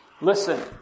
listen